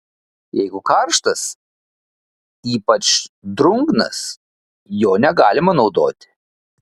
jeigu karštas ypač drungnas jo negalima naudoti